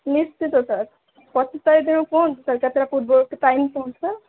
ନିଶ୍ଚିତ ସାର୍ ପଚିଶ ତାରିଖ ଦିନ କୁହନ୍ତୁ ସାର୍ କେତେଟା ପୂର୍ବରୁ ଟାଇମ୍ କୁହନ୍ତୁ